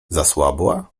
zasłabła